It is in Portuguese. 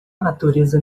natureza